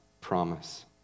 promise